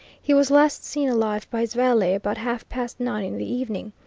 he was last seen alive by his valet about half-past nine in the evening.